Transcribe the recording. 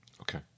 Okay